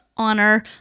honor